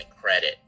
credit